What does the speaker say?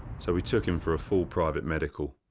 so we took him for a full private medical.